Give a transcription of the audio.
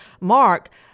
Mark